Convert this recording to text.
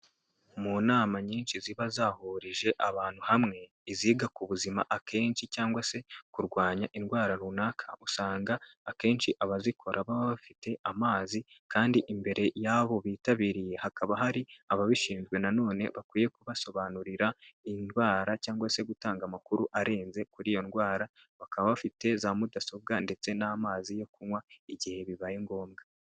Mu nama nyinshi ziba zahurije abantu hamwe, iziga ku buzima akenshi cyangwa se kurwanya indwara runaka, usanga akenshi abazikora baba bafite amazi kandi imbere y'abo bitabiriye, hakaba hari ababishinzwe na none, bakwiye kubasobanurira indwara cyangwa se gutanga amakuru arenze kuri iyo ndwara, bakaba bafite za mudasobwa ndetse n'amazi yo kunywa igihe bibaye ngombwa.